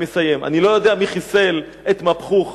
אני לא יודע מי חיסל את מבחוח,